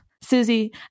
Susie